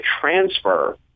transfer